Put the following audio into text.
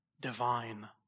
divine